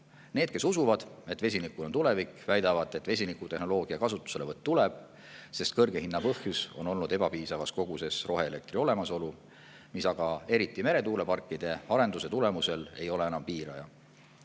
Need, kes usuvad, et vesinikul on tulevik, väidavad, et vesinikutehnoloogia kasutuselevõtt tuleb, sest kõrge hinna põhjus on olnud ebapiisavas koguses roheelektri olemasolu, mis aga eriti meretuuleparkide arenduse tulemusel ei ole enam piiraja.